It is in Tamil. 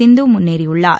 சிந்து முன்னேறியுள்ளார்